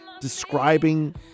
describing